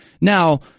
Now